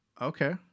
Okay